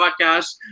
podcast